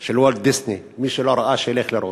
של וולט דיסני, מי שלא ראה, שילך לראות,